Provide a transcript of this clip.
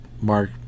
Mark